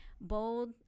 bold